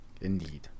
Indeed